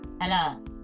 Hello